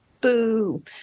Boo